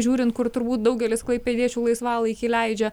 žiūrint kur turbūt daugelis klaipėdiečių laisvalaikį leidžia